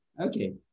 Okay